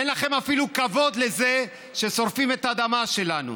אין לכם אפילו כבוד לזה ששורפים את האדמה שלנו.